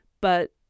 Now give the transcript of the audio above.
But-